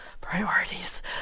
priorities